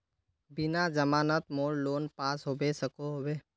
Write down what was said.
बिना जमानत मोर लोन पास होबे सकोहो होबे?